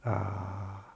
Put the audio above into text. ah